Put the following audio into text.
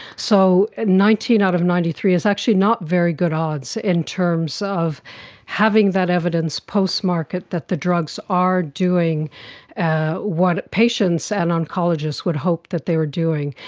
so nineteen out of ninety three is actually not very good odds in terms of having that evidence post-market that the drugs are doing what patients and oncologists would hope they are doing.